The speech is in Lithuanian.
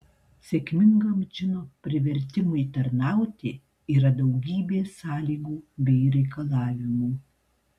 sėkmingam džino privertimui tarnauti yra daugybė sąlygų bei reikalavimų